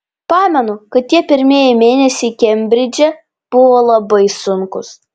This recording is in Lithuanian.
pamenu kad tie pirmieji mėnesiai kembridže buvo labai sunkūs